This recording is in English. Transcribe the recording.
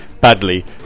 badly